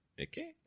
Okay